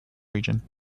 region